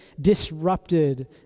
disrupted